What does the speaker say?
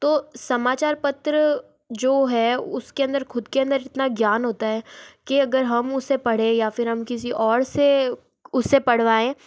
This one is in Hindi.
तो समाचार पत्र जो है उसके अंदर ख़ुद के अंदर इतना ज्ञान होता है के अगर हम उसे पढ़ें या फिर हम किसी और से उसे पढ़वाएं